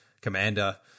commander